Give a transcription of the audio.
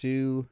Two